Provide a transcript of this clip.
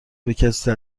بکسی